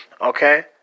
Okay